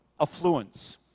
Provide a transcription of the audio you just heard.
affluence